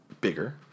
bigger